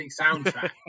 soundtrack